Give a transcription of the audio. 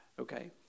okay